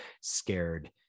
scared